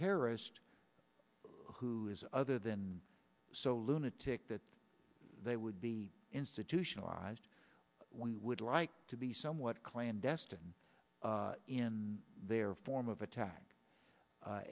terrorist who is other than so lunatic that they would be institutionalized would like to be somewhat clandestine in their form of attack